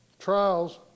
Trials